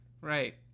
Right